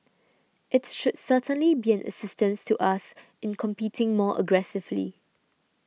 it should certainly be an assistance to us in competing more aggressively